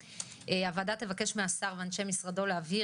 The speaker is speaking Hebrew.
הוועדה תבקש מהשר ומאנשי משרדו להבהיר